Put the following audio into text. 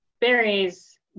berries